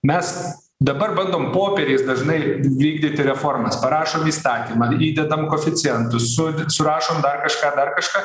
mes dabar bandom popieriais dažnai vykdyti reformas parašom įstatymą įdedam koeficientus su surašom dar kažką dar kažką